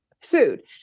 sued